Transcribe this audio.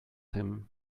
him